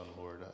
Lord